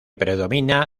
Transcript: predomina